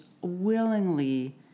willingly